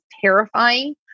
terrifying